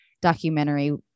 documentary